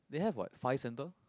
they have what five centre